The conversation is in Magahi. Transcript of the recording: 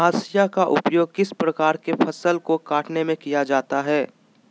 हाशिया का उपयोग किस प्रकार के फसल को कटने में किया जाता है?